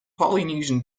polynesian